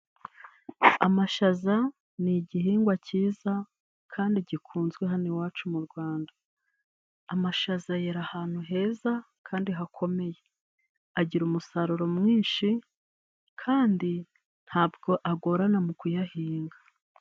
Amashaza n'igihingwa cyiza kandi gikunzwe hano iwacu mu rwanda amashaza yera ahantu heza kandi hakomeye agira umusaruro mwinshi kandi ntabwo agorana mu kuyahinga.